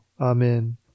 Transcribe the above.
amen